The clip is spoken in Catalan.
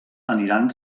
aniran